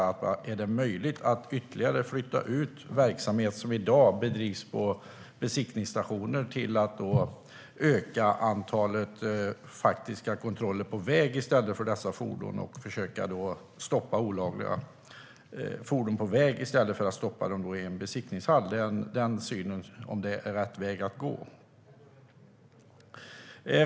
Är det möjligt att flytta ut ytterligare verksamhet som i dag bedrivs på besiktningsstationer för att öka antalet faktiska kontroller på väg av fordon och försöka stoppa olagliga fordon på väg i stället för att stoppa dem i en besiktningshall? Är det rätt väg att gå?